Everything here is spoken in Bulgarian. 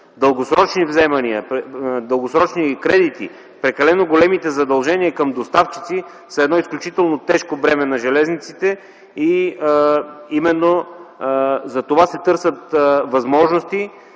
дългосрочни вземания, дългосрочни кредити, прекалено големите задължения към доставчиците са изключително тежко бреме за железниците. Търсят се възможности